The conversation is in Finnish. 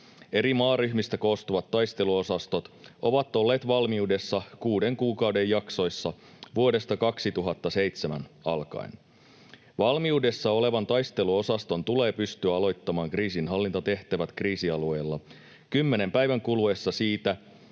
Eri maaryhmistä koostuvat taisteluosastot ovat olleet valmiudessa kuuden kuukauden jaksoissa vuodesta 2007 alkaen. Valmiudessa olevan taisteluosaston tulee pystyä aloittamaan kriisinhallintatehtävät kriisialueella kymmenen päivän kuluessa siitä,